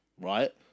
right